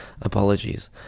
Apologies